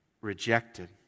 rejected